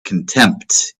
contempt